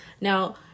now